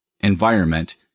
environment